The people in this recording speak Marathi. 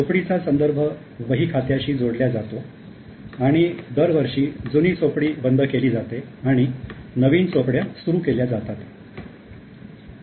चोपडी चा संदर्भ वही खात्याशी जोडल्या जातो आणि दरवर्षी जुनी चोपडी बंद केली जाते आणि नवीन चोपड्या सुरू केल्या जातात